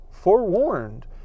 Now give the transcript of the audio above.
forewarned